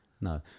No